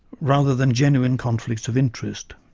rather than genuine conflicts of interest.